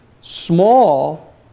small